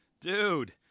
dude